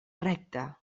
recte